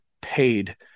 paid